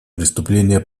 преступления